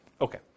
Okay